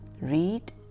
Read